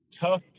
tough